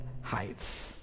heights